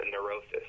neurosis